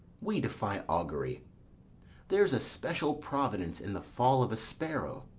we defy augury there's a special providence in the fall of a sparrow.